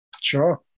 Sure